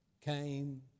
came